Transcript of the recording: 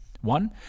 One